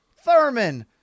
Thurman